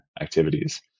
activities